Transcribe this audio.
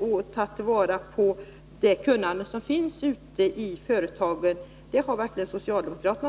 och ta vara på det kunnande som finns ute i företagen är socialdemokraterna.